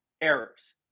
errors